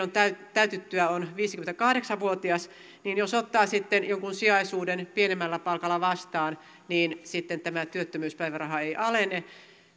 täytettyään on viisikymmentäkahdeksan vuotias ja ottaa sitten jonkun sijaisuuden pienemmällä palkalla vastaan niin sitten työttömyyspäiväraha ei alene